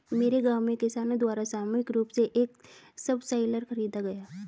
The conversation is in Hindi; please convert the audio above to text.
मेरे गांव में किसानो द्वारा सामूहिक रूप से एक सबसॉइलर खरीदा गया